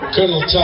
Colonel